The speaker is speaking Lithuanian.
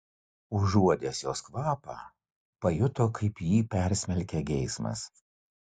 užuodęs jos kvapą pajuto kaip jį persmelkia geismas